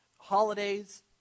Holidays